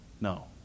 No